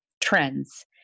trends